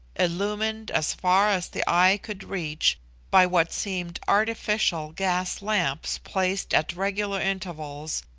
illumined as far as the eye could reach by what seemed artificial gas-lamps placed at regular intervals,